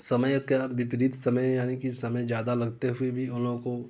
समय का विपरीत समय यानि कि समय ज़्यादा लगते हुए भी उन लोगों को